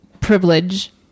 privilege